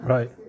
Right